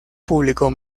publicó